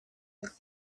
with